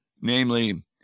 namely